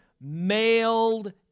mailed